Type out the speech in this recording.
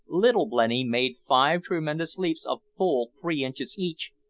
little blenny made five tremendous leaps of full three inches each,